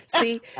See